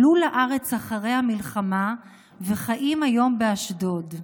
עלו לארץ אחרי המלחמה וחיים היום באשדוד.